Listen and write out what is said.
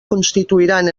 constituiran